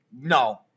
No